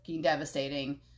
devastating